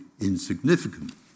insignificant